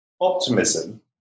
optimism